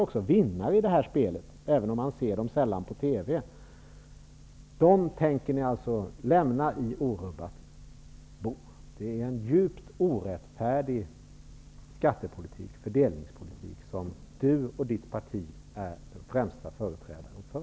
Det finns vinnare i det här spelet, även om man sällan ser dem på TV. Det är en djupt orättfärdig skatte och fördelningspolitik som Lars Tobisson och hans parti är de främsta företrädarna för.